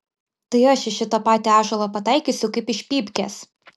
tai aš į šitą patį ąžuolą pataikysiu kaip iš pypkės